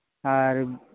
ᱟᱨ